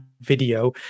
video